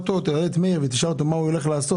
תראיין את מאיר ותשאל אותו מה הוא הולך לעשות